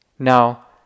now